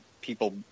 people